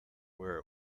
where